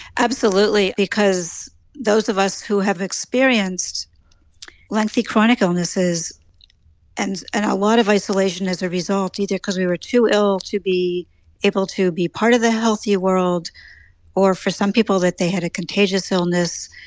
absolutely because those of us who have experienced lengthy chronic illnesses and and a lot of isolation as a result, either because we were too ill to be able to be part of the healthy world or, for some people, that they had a contagious illness,